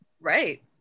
Right